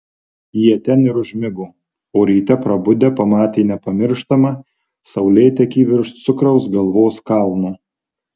jie ten ir užmigo o ryte prabudę pamatė nepamirštamą saulėtekį virš cukraus galvos kalno